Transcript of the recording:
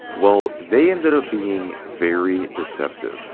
well, they ended up being very deceptive.